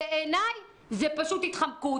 בעיניי, זו פשוט התחמקות.